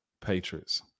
Patriots